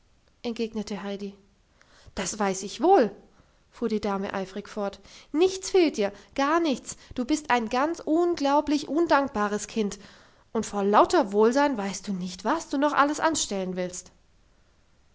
entgegnete heidi das weiß ich wohl fuhr die dame eifrig fort nichts fehlt dir gar nichts du bist ein ganz unglaublich undankbares kind und vor lauter wohlsein weißt du nicht was du noch alles anstellen willst